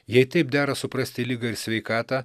jei taip dera suprasti ligą ir sveikatą